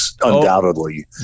undoubtedly